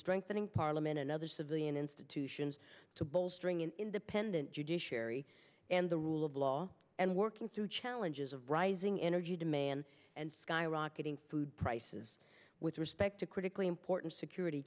strengthening parliament another civilian institutions to bolstering an independent judiciary and the rule of law and working through challenges of rising energy demand and skyrocketing food prices with respect to critically important security